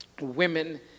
women